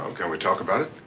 can we talk about it?